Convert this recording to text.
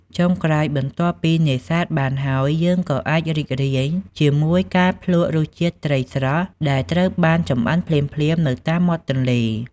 ចុងក្រោយ បន្ទាប់ពីនេសាទបានហើយ យើងក៏អាចរីករាយជាមួយការ ភ្លក្សរសជាតិត្រីស្រស់ ដែលត្រូវបានចម្អិនភ្លាមៗនៅតាមមាត់ទន្លេ។